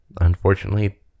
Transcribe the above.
Unfortunately